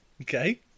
Okay